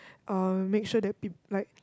um make sure that people like